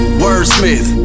wordsmith